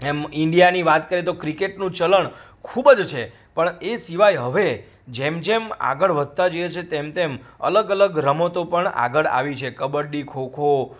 એમ ઈન્ડિયાની વાત કરીએ તો ક્રિકેટનું ચલણ ખૂબ જ છે પણ એ સિવાય હવે જેમ જેમ આગળ વધતા જઈએ છીએ તેમ તેમ અલગ અલગ રમતો પણ આગળ આવી છે કબડ્ડી ખોખો